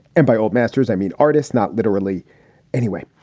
and by old masters, i mean artists, not literally anyway.